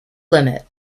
limit